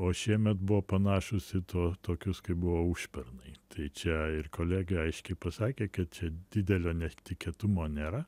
o šiemet buvo panašūs į tuo tokius kaip buvo užpernai tai čia ir kolegė aiškiai pasakė kad čia didelio netikėtumo nėra